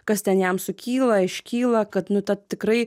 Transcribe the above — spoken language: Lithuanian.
kas ten jam sukyla iškyla kad nu ta tikrai